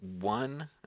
one